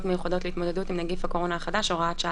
מיוחדות להתמודדות עם נגיף הקורונה החדש (הוראת שעה),